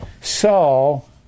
Saul